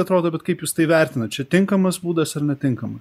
atrodo bet kaip jūs tai vertinat čia tinkamas būdas ar netinkama